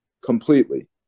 completely